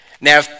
Now